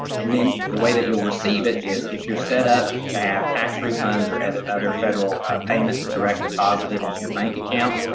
and then the way that you'll receive it is if you're set up to have tax refunds or and other federal payments direct deposited into your bank account,